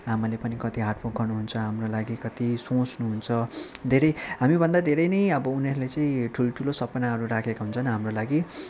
आमाले पनि कति हार्डवर्क गर्नुहुन्छ हाम्रो लागि कति सोच्नुहुन्छ धेरै हामीभन्दा धेरै नै अब उनीहरूले चाहिँ ठुल्ठुलो सपनाहरू राखेका हुन्छन् हाम्रो लागि